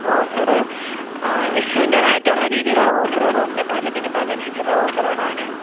offer വിഷുവിൻ്റെ രീതിയിലായിട്ടുള്ള ഓഫറുകൾ ഉണ്ട് പലതിനും പല രീതിയിലുള്ള ഓഫറുകളാണ്